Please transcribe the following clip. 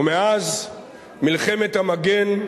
ומאז מלחמת המגן,